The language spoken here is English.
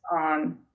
on